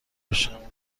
بشن